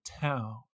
town